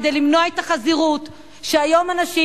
כדי למנוע את החזירות שהיום אנשים